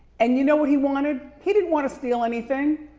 and you know what he wanted? he didn't wanna steal anything.